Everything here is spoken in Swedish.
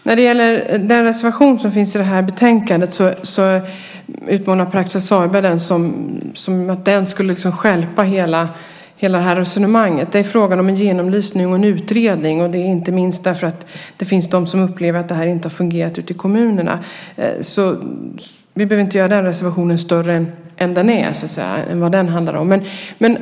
Fru talman! Pär Axel Sahlberg utmålar den här reservationen, som finns i det här betänkandet, som att den liksom skulle stjälpa hela det här resonemanget. Det är frågan om en genomlysning och en utredning, och det inte minst därför att det finns de som upplever att det här inte har fungerat ute i kommunerna. Vi behöver inte göra den reservationen större än den är, än vad den handlar om.